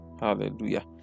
Hallelujah